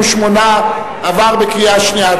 68), עברה בקריאה שנייה.